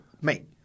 mate